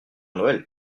noël